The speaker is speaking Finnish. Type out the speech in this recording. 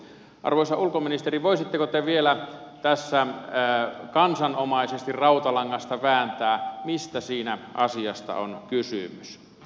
arvoisa ulkoministeri voisitteko te vielä tässä kansanomaisesti rautalangasta vääntää mistä siinä asiassa on kysymys